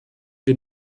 wir